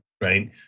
right